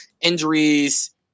injuries